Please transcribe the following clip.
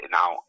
now